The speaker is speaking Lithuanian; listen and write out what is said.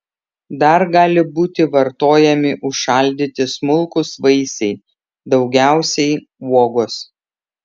dar gali būti vartojami užšaldyti smulkūs vaisiai daugiausiai uogos